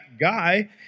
guy